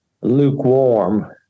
lukewarm